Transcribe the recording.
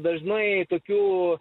dažnai tokių